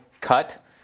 cut